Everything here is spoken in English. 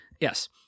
Yes